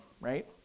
right